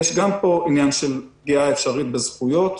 יש גם פה עניין של פגיעה אפשרית בזכויות,